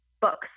books